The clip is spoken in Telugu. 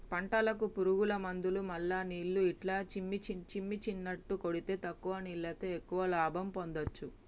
పంటలకు పురుగుల మందులు మల్ల నీళ్లు ఇట్లా చిమ్మిచినట్టు కొడితే తక్కువ నీళ్లతో ఎక్కువ లాభం పొందొచ్చు